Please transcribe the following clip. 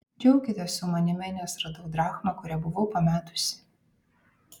džiaukitės su manimi nes radau drachmą kurią buvau pametusi